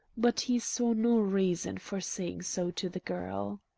but he saw no reason for saying so to the girl.